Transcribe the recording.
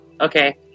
Okay